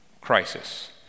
crisis